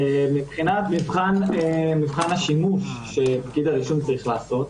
מבחינת מבחן השימוש שפקיד הרישום צריך לעשות,